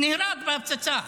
נהרג בהפצצה,